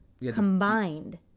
Combined